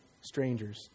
strangers